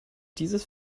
dieses